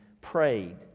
prayed